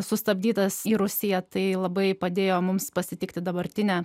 sustabdytas į rusiją tai labai padėjo mums pasitikti dabartinę